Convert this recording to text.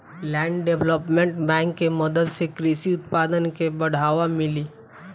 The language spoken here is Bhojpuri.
लैंड डेवलपमेंट बैंक के मदद से कृषि उत्पादन के बढ़ावा मिली